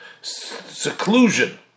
seclusion